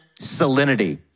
salinity